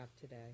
today